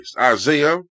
Isaiah